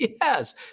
Yes